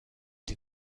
den